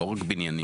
לא רק בניינית.